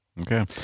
Okay